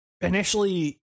initially